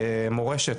מורשת,